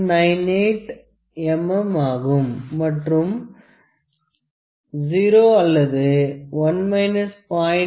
98 mm ஆகும் மற்றும் தான் 0 அல்லது 1 0